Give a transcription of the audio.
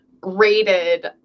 rated